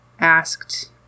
asked